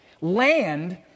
land